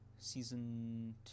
season